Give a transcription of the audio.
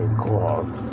called